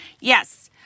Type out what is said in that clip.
yes